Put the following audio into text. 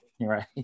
Right